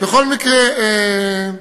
בכל מקרה,